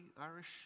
Irish